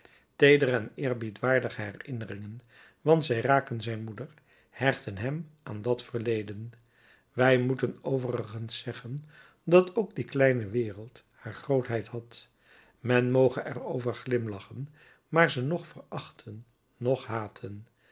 teedere en eerbiedwaardige herinneringen want zij raken zijn moeder hechten hem aan dat verleden wij moeten overigens zeggen dat ook die kleine wereld haar grootheid had men moge er over glimlachen maar ze noch verachten noch haten